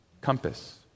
compass